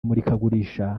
murikagurisha